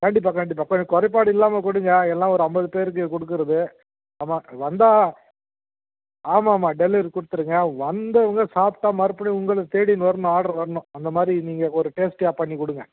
கண்டிப்பாக கண்டிப்பாக கொஞ்சம் குறைப்பாடு இல்லாமல் கொடுங்க எல்லாம் ஒரு ஐம்பது பேருக்கு கொடுக்கறது ஆமாம் வந்தால் ஆமாம் ஆமாம் டெலிவரி கொடுத்துருங்க வந்தவங்க சாப்பிட்டா மறுபடியும் உங்களை தேடின்னு வரணும் ஆட்ரு வரணும் அந்தமாதிரி நீங்கள் ஒரு டேஸ்ட்டியாக பண்ணிக்கொடுங்க